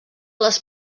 les